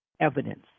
evidence